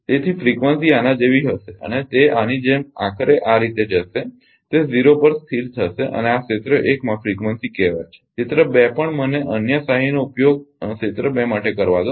તેથી ફ્રીકવંસી આના જેવી હશે તે આની જેમ આખરે આ રીતે જશે તે 0 પર સ્થિર થશે આ ક્ષેત્ર 1 માં ફ્રીકવંસી કહેવાય છે ક્ષેત્ર 2 પણ મને અન્ય શાહીનો ઉપયોગ ક્ષેત્ર 2 માટે કરવા દો